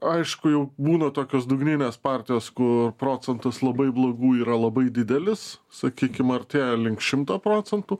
aišku jau būna tokios dugninės partijos kur procentas labai blogų yra labai didelis sakykim artėja link šimto procentų